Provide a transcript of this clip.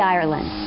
Ireland